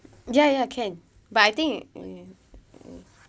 ya ya can but I think mm mm